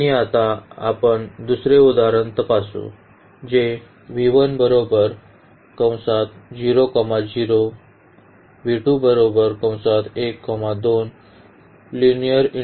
आणि आता आपण दुसरे उदाहरण तपासू जे लिनिअर्ली इंडिपेन्डेन्ट आहेत